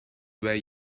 were